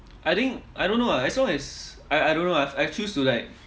I think I don't know ah as long as I I don't know ah I choose to like